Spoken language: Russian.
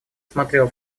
смотрел